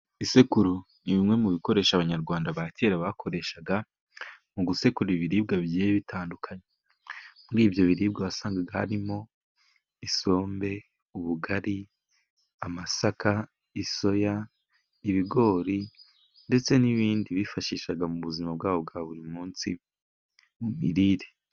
Isekuru ni bimwe mu bikoresho abanyarwanda ba kera bakoreshaga mu gusekura ibiribwa bigiye bitandukanye muri ibyo biribwa wasangaga harimo isombe, ubugari, amasaka, soya, ibigori ndetse n'ibindi bifashishaga mu buzima bwabo bwa buri munsi mu mirire.